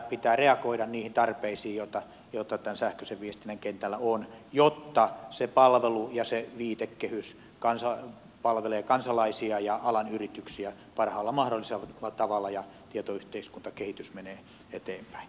pitää reagoida niihin tarpeisiin joita tämän sähköisen viestinnän kentällä on jotta se palvelu ja se viitekehys palvelee kansalaisia ja alan yrityksiä parhaalla mahdollisella tavalla ja tietoyhteiskuntakehitys menee eteenpäin